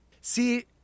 See